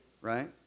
Right